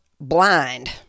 blind